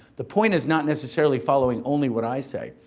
the point is not necessarily following only what i say.